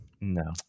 no